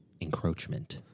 encroachment